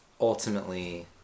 ultimately